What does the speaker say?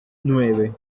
nueve